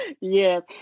Yes